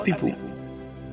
people